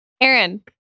Aaron